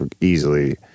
easily